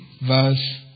verse